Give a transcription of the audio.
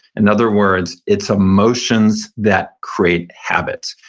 and other words, it's emotions that create habit.